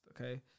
Okay